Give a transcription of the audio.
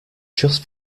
just